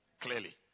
clearly